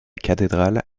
cathédrale